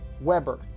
Weber